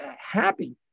happy